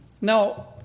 Now